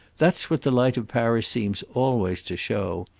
that's what the light of paris seems always to show.